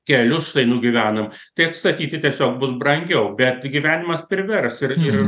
kelius štai nugyvenom tai atstatyti tiesiog bus brangiau bet gyvenimas privers ir ir